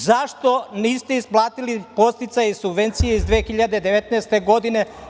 Zašto niste isplatili podsticaje iz subvencije iz 2019. godine?